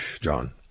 John